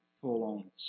full-on